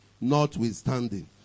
notwithstanding